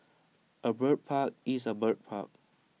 A bird park is A bird park